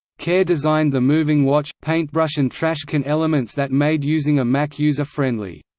kare designed the moving watch, paintbrush and trash can elements that made using a mac user-friendly.